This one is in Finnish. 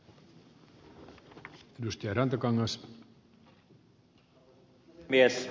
arvoisa puhemies